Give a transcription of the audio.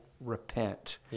repent